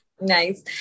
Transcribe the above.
Nice